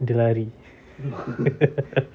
dia lari